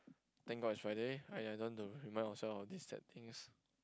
thank god it's Friday !aiya! I don't want to remind myself of these sad things